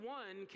one